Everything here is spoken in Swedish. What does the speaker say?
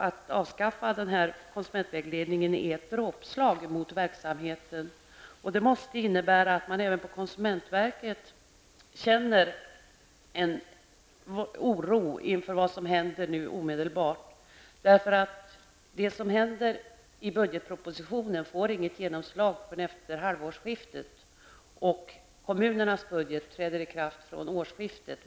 Att avskaffa konsumentvägledningen är ett dråpslag mot verksamheten. Det måste innebära att man även på konsumentverket känner oro inför utvecklingen nu direkt. Budgetpropositionen får ju inget genomslag förrän efter halvårsskiftet. Dessutom träder kommunernas budget i kraft vid halvårsskiftet.